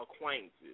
acquaintances